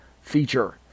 feature